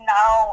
now